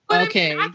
Okay